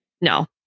No